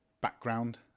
background